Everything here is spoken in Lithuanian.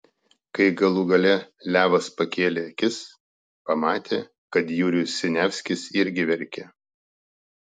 kai galų gale levas pakėlė akis pamatė kad jurijus siniavskis irgi verkia